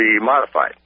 Modified